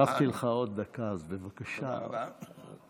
הוספתי לך עוד דקה, אז בבקשה, תזדרז.